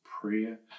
prayer